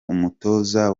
umutoza